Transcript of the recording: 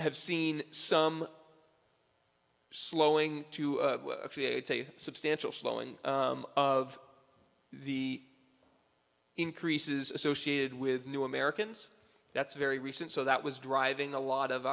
have seen some slowing to creates a substantial slowing of the increases associated with new americans that's very recent so that was driving a lot of